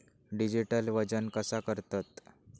Digital वजन कसा करतत?